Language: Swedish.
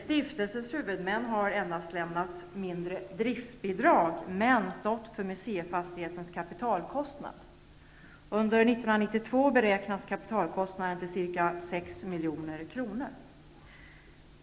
Stiftelsens huvudmän har endast lämnat mindre driftbidrag men stått för museifastighetens kapitalkostnad. Under 1992 beräknas kapitalkostnaden till ca 6 milj.kr.